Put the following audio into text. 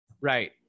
Right